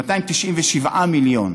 297 מיליון